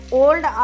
old